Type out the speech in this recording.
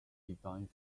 design